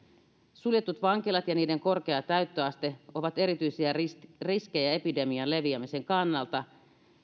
suljetut vankilat ja niiden korkea täyttöaste ovat erityisiä riskejä riskejä epidemian leviämisen kannalta